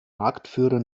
marktführer